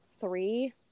three